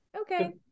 Okay